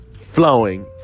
flowing